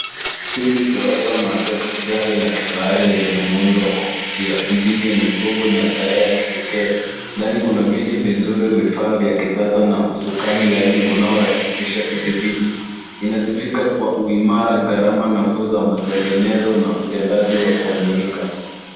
Hii ni Toyota Mark X gari la kifahari lenye muundo wa kuvutia. Injini yenye nguvu na starehe ya kipekee. Ndani kuna vitu vizuri, vifaa vya kisasa na usukani laini unaorahisisha udhibiti. Inasifika kwa uimara gharama nafuu za matengenezo na utendaji wa kuaminika.